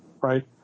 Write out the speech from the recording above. right